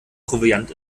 proviant